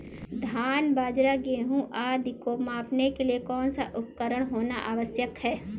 धान बाजरा गेहूँ आदि को मापने के लिए कौन सा उपकरण होना आवश्यक है?